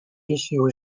issue